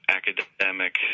academic